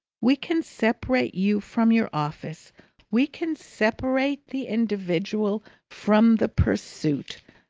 we can separate you from your office we can separate the individual from the pursuit.